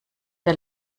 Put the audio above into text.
der